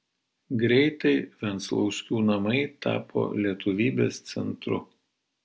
greitai venclauskių namai tapo lietuvybės centru